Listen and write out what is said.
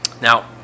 Now